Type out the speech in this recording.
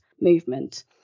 movement